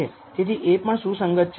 તેથી તે પણ સુસંગત છે